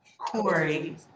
Corey